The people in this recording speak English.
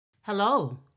Hello